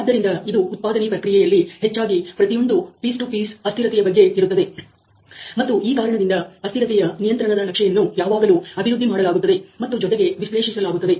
ಆದ್ದರಿಂದ ಇದು ಉತ್ಪಾದನೆ ಪ್ರಕ್ರಿಯೆಯಲ್ಲಿ ಹೆಚ್ಚಾಗಿ ಪ್ರತಿಯೊಂದುಮಾಹಿತಿಯು ಪೀಸ್ ಟು ಪೀಸ್ ಅಸ್ಥಿರತೆಯ ಬಗ್ಗೆ ಇರುತ್ತದೆ ಮತ್ತು ಈ ಕಾರಣದಿಂದ ಅಸ್ಥಿರತೆಯ ನಿಯಂತ್ರಣ ನಕ್ಷೆಯನ್ನು ಯಾವಾಗಲೂ ಅಭಿವೃದ್ಧಿ ಮಾಡಲಾಗುತ್ತದೆ ಮತ್ತು ಜೊತೆಗೆ ವಿಶ್ಲೇಷಿಸಲಾಗುತ್ತದೆ